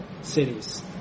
cities